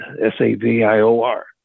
S-A-V-I-O-R